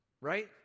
right